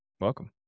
Welcome